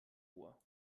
ohr